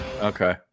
Okay